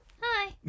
Hi